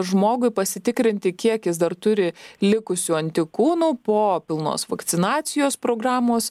žmogui pasitikrinti kiek jis dar turi likusių antikūnų po pilnos vakcinacijos programos